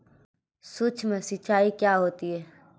सुक्ष्म सिंचाई क्या होती है?